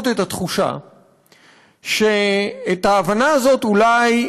כפי שאתם יודעים,